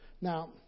Now